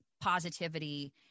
positivity